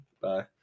Bye